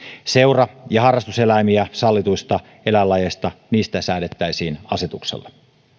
seura ja harrastuseläiminä sallituista eläinlajeista säädettäisiin asetuksella